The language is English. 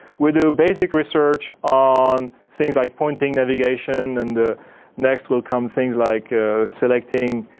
we do basic research on things like pointing, navigation and the next will come things like selecting